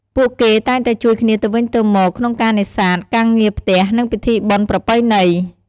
ពួកគេតែងតែជួយគ្នាទៅវិញទៅមកក្នុងការនេសាទ ការងារផ្ទះ និងពិធីបុណ្យប្រពៃណី។